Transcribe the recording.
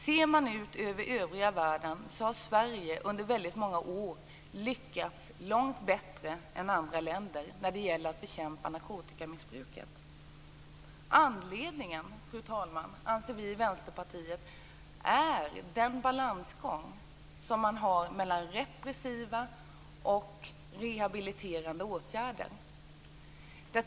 I förhållande till övriga världen har Sverige i många år lyckats långt bättre än andra länder när det gäller att bekämpa narkotikamissbruket. Anledningen, fru talman, anser vi i Vänsterpartiet är den balansgång som man har mellan repressiva och rehabiliterande åtgärder.